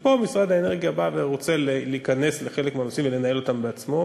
כשפה משרד האנרגיה בא ורוצה להיכנס לחלק מהנושאים ולנהל אותם בעצמו,